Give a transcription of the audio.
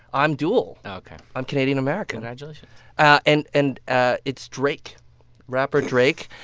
i'm dual oh, ok i'm canadian-american congratulations and and ah it's drake rapper drake.